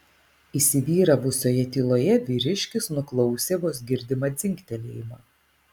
įsivyravusioje tyloje vyriškis nuklausė vos girdimą dzingtelėjimą